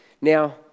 Now